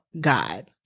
God